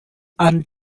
aunt